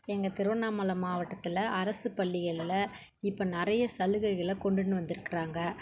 எங்கள் திருவண்ணாமலை மாவட்டத்தில் அரசுப் பள்ளிகளில் இப்போ நிறைய சலுகைகளை கொண்டுட்டு வந்துருக்கிறாங்க